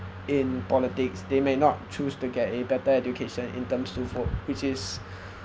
in politics they may not choose to get a better education in terms to vote which is